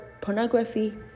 pornography